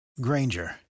Granger